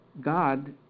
God